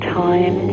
time